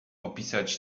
opisać